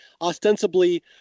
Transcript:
ostensibly